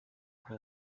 aho